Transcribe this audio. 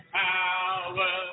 power